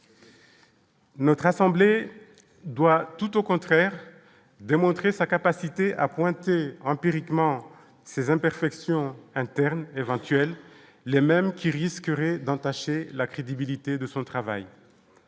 Notre assemblée doit tout au contraire démontrer sa capacité à pointer empiriquement ces imperfections interne éventuelle, les mêmes qui risquerait d'entacher la crédibilité de son travail